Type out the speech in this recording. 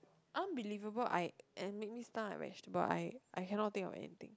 unbelievable I and make me stunned like vegetable I I cannot think of anything